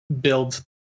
build